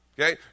Okay